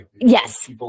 Yes